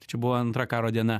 tai čia buvo antra karo diena